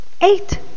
eight